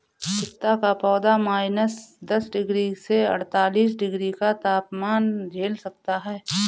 पिस्ता का पौधा माइनस दस डिग्री से अड़तालीस डिग्री तक का तापमान झेल सकता है